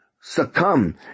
succumb